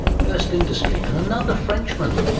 first industry, and another frenchman.